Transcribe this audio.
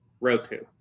Roku